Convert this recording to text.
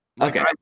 okay